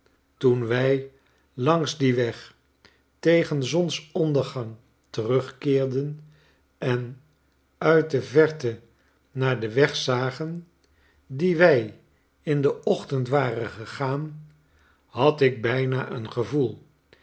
toen wij langs dien weg tegen zonsondergang terugkeerden en uit de verte naar den weg zagen dien wij in den ochtend waren gegaan had ik bijna een gevoel